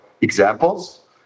examples